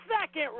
second